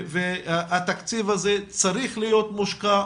והתקציב הזה צריך להיות משוקע,